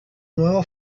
nuevo